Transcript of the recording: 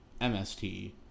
MST